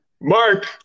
Mark –